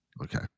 okay